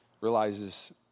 Realizes